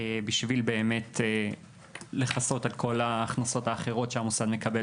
בשביל לכסות על כל ההכנסות האחרות שהמוסד מקבל